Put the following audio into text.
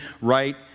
right